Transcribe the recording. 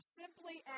simply